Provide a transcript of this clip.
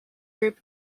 group